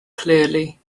clearly